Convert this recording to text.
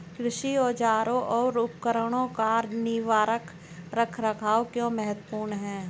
कृषि औजारों और उपकरणों का निवारक रख रखाव क्यों महत्वपूर्ण है?